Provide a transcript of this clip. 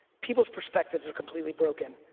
people's perspectives are completely broken.